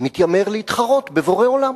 מתיימר להתחרות בבורא עולם.